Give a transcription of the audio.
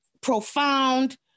profound